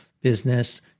business